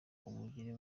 umugire